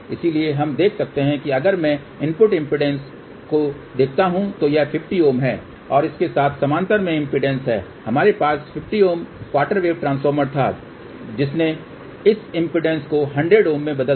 इसलिए हम देख सकते हैं कि अगर मैं इनपुट इम्पीडेन्स को देखता हूं तो यह 50Ω है और इसके साथ समानांतर में इम्पीडेन्स है हमारे पास 50Ω क्वार्टर वेव ट्रांसफार्मर था जिसने इस इम्पीडेन्स को 100 में बदल दिया